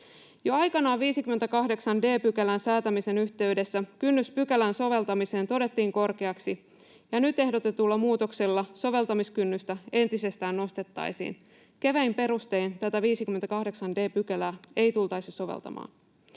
Jo aikanaan 58 d §:n säätämisen yhteydessä kynnys pykälän soveltamiseen todettiin korkeaksi, ja nyt ehdotetulla muutoksella soveltamiskynnystä entisestään nostettaisiin. Kevein perustein tätä 58 d §:ää ei tultaisi soveltamaan.